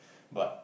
but